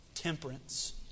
temperance